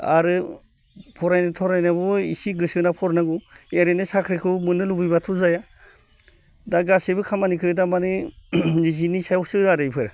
आरो फरायनाय थरायनायावबो इसे गोसो होना फरायनांगौ ओरैनो साख्रिखौ मोननो लुबैबाथ' जाया दा गासैबो खामानिखौ थारमाने निजेनि सायावसो आरो बेफोर